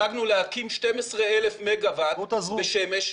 הצגנו להקים 12,000 מגה-ואט בשמש.